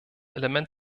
element